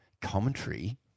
commentary